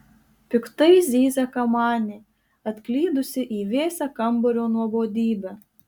piktai zyzia kamanė atklydusi į vėsią kambario nuobodybę